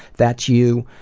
that's you